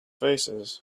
faces